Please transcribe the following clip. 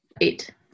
Eight